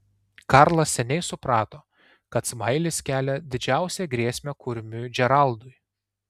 karlas seniai suprato kad smailis kelia didžiausią grėsmę kurmiui džeraldui